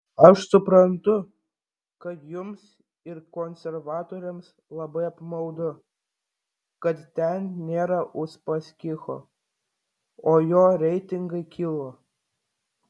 aš suprantu kad jums ir konservatoriams labai apmaudu kad ten nėra uspaskicho o jo reitingai kilo